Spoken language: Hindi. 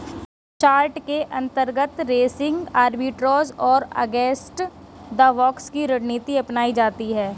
शार्ट के अंतर्गत रेसिंग आर्बिट्राज और अगेंस्ट द बॉक्स की रणनीति अपनाई जाती है